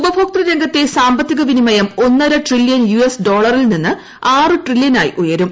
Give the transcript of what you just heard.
ഉപഭോക്തൃരംഗത്തെ സാമ്പത്തിക വിനിമയം ഒന്നര ട്രില്ല്യൻ യൂ്എസ് ഡോളറിൽ നിന്ന് െട്രില്ല്യണായി ഉയരും